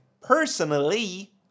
personally